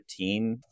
13